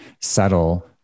settle